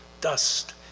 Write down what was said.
Dust